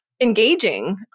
engaging